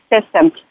systems